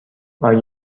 آیا